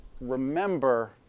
remember